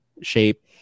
shape